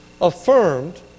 affirmed